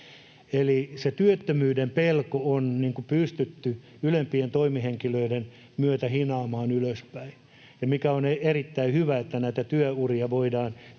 Eli se työttömyyden pelko on pystytty ylempien toimihenkilöiden myötä hinaamaan ylöspäin. On erittäin hyvä, että näitä työuria voidaan